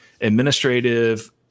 administrative